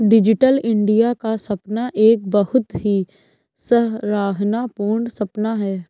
digital India का सपना एक बहुत ही सराहना पूर्ण सपना है